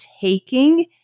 taking